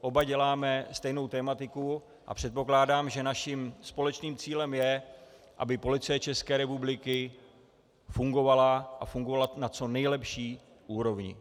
Oba děláme stejnou tematiku a předpokládám, že naším společným cílem je, aby Policie ČR fungovala a fungovala na co nejlepší úrovni.